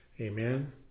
Amen